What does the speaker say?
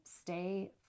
stay